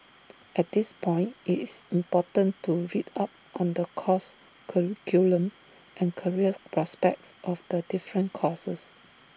at this point IT is important to read up on the course curriculum and career prospects of the different courses